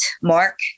Mark